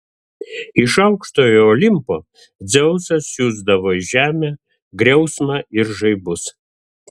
iš aukštojo olimpo dzeusas siųsdavo į žemę griausmą ir žaibus